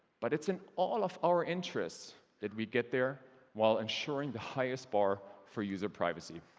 but it's in all of our interests that we get there while ensuring the highest bar for user privacy.